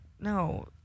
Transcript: no